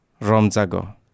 Romzago